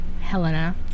Helena